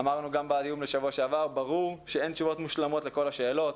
גם בדיון שעבר אמרנו שברור שאין תשובות מושלמות לכל השאלות.